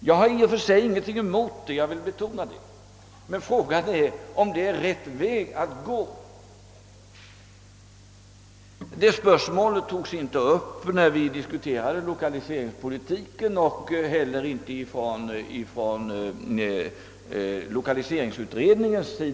Jag har i och för sig ingenting emot detta — jag vill betona det — men frågan är om det är rätt väg att gå. Spörsmålet togs inte upp när vi diskuterade lokaliseringspolitiken och aktualiserades heller inte av lokaliseringsutredningen.